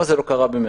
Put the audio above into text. למה זה לא קרה במרץ?